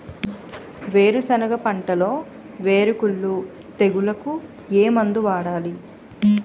వేరుసెనగ పంటలో వేరుకుళ్ళు తెగులుకు ఏ మందు వాడాలి?